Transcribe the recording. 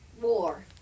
war